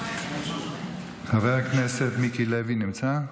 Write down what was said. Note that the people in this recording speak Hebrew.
חבר הכנסת מיקי לוי נמצא?